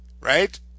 right